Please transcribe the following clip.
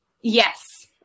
Yes